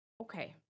Okay